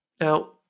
Now